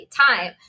time